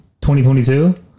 2022